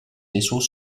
vaisseaux